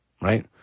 Right